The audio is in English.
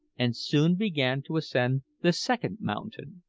and soon began to ascend the second mountain.